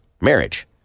marriage